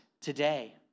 today